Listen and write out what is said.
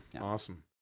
awesome